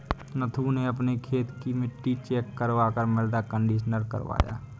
नथु ने अपने खेत की मिट्टी चेक करवा कर मृदा कंडीशनर करवाया